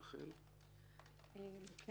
רחל, בבקשה.